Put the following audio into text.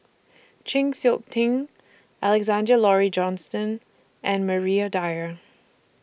Chng Seok Tin Alexander Laurie Johnston and Maria Dyer